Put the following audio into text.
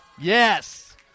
Yes